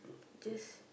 just